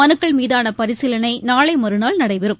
மனுக்கள் மீதான பரிசீலனை நாளை மறுநாள் நடைபெறும்